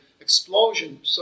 explosion